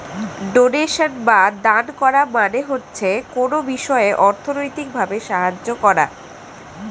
donation বা দান করা মানে হচ্ছে কোনো বিষয়ে অর্থনৈতিক ভাবে সাহায্য করা